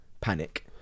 panic